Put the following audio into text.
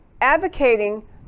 advocating